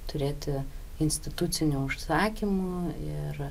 turėti institucinio užsakymų ir